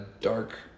dark